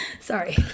Sorry